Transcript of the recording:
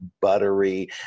buttery